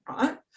right